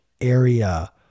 area